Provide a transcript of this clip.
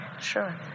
Sure